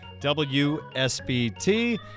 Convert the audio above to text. WSBT